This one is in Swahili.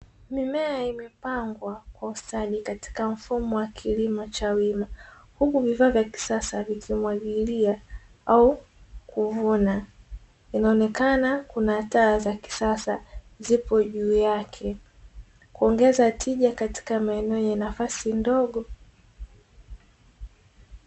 Mimea imepangwa kwa ustadi katika mfumo wa kilima cha wima huku vifaa vya kisasa vikimwagilia au kuvuna, inaonekana kuna taa za kisasa zipo juu yake kuongeza tija katika maeneo yenye nafasi ndogo.